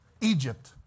Egypt